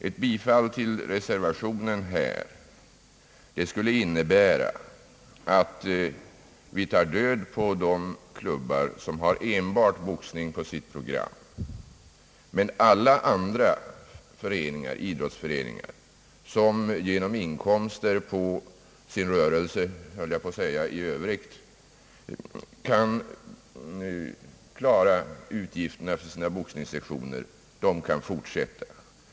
Ett bifall till den här föreliggande reservationen skulle innebära att vi tar död på de klubbar som har enbart boxning på sitt program. Alla andra idrottsföreningar som genom inkomster i Öövrigt på sin rörelse, höll jag på att säga, kan klara utgifterna för sina boxningssektioner kunde fortsätta.